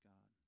God